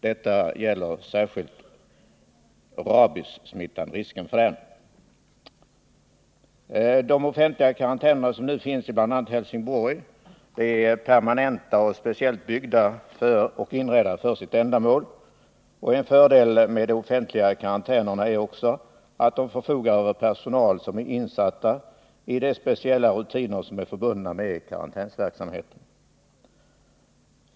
Detta är särskilt fallet med rabies. De offentliga karantänerna, som nu finns bl.a. i Helsingborg, är permanenta och speciellt byggda och inredda för sitt ändamål. En fördel med de offentliga karantänerna är också att de förfogar över personal som är insatt i de speciella rutiner som är förbundna med karantänsverksamhet.